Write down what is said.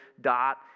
dot